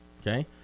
Okay